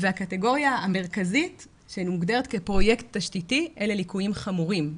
והקטגוריה המרכזית שמוגדרת כפרויקט תשתיתי אלה ליקויים חמורים,